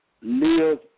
live